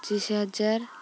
ପଚିଶି ହଜାର